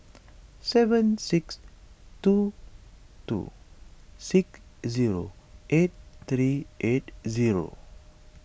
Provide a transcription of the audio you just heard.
seven six two two six zero eight thirty eight zero